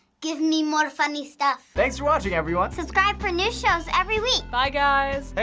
give me more funny stuff. thanks for watching, everyone. subscribe for new shows every week. bye, guys.